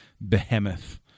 behemoth